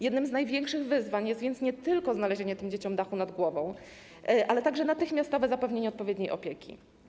Jednym z największych wyzwań jest więc nie tylko znalezienie dla tych dzieci dachu nad głową, ale także natychmiastowe zapewnienie im odpowiedniej opieki.